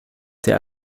der